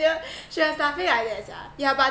should have yeah but